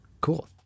Cool